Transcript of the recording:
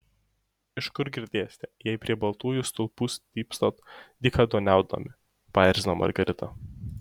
iš kur girdėsite jei prie baltųjų stulpų stypsot dykaduoniaudami paerzino margarita